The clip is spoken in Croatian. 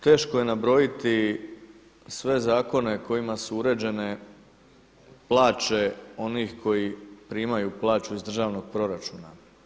Teško je nabrojati sve zakone kojima su uređene plaće onih koji primaju plaću iz državnog proračuna.